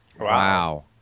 Wow